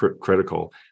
critical